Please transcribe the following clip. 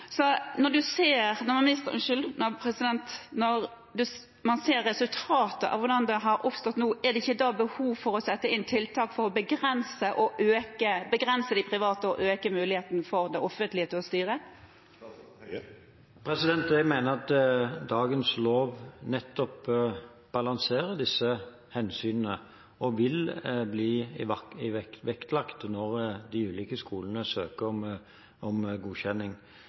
har blitt nå, er det ikke da behov for å sette inn tiltak for å begrense de private og øke muligheten for det offentlige til å styre? Jeg mener at dagens lov nettopp balanserer disse hensynene, som vil bli vektlagt når de ulike skolene søker om godkjenning. I Hordaland har også søkerne mulighet til å søke seg inn på videregående skoler i hele fylket, helt uavhengig av bosted, så derfor er det vanskelig å se at påstanden om